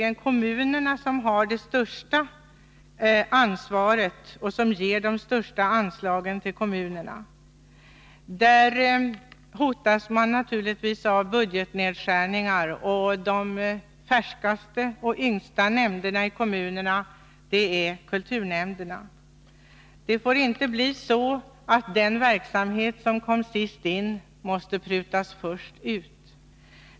Det är kommunerna som har det största ansvaret och som ger de största anslagen till kulturen. Där hotas man naturligtvis av budgetnedskärningar. De färskaste och yngsta nämnderna i kommunerna är kulturnämnderna. Det får inte bli så att den verksamhet som kom sist in först måste prutas ut.